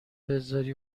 بزاری